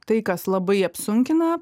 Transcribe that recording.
tai kas labai apsunkina